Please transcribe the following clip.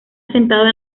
asentada